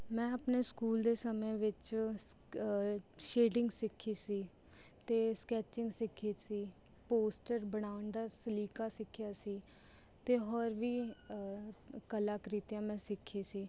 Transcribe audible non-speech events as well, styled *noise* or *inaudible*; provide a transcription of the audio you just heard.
ਮੈਂ ਆਪਣੇ ਸਕੂਲ ਦੇ ਸਮੇਂ ਵਿੱਚ *unintelligible* ਸ਼ੇਡਿੰਗ ਸਿੱਖੀ ਸੀ ਅਤੇ ਸਕੈਚਿੰਗ ਸਿੱਖੀ ਸੀ ਪੋਸਟਰ ਬਣਾਉਣ ਦਾ ਸਲੀਕਾ ਸਿੱਖਿਆ ਸੀ ਅਤੇ ਹੋਰ ਵੀ ਕਲਾ ਕ੍ਰਿਤੀਆਂ ਮੈਂ ਸਿੱਖੀ ਸੀ